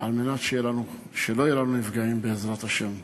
כדי שלא יהיו לנו נפגעים, בעזרת השם.